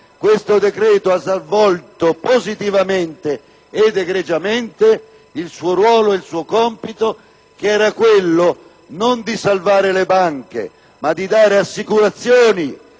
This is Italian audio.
Questo decreto ha svolto positivamente ed egregiamente il suo ruolo ed il suo compito, che era quello non di salvare le banche, ma di dare assicurazioni